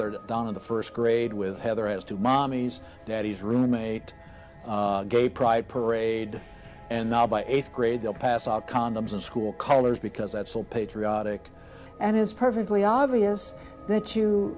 they're down in the first grade with heather has two mommies daddies roommate gay pride parade and now by eighth grade they'll pass out condoms in school colors because that's all patriotic and it's perfectly obvious that you